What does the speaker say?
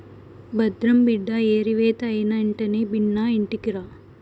భద్రం బిడ్డా ఏరివేత అయినెంటనే బిన్నా ఇంటికిరా